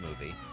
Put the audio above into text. movie